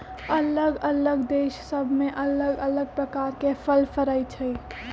अल्लग अल्लग देश सभ में अल्लग अल्लग प्रकार के फल फरइ छइ